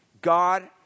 God